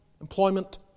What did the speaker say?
employment